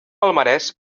palmarès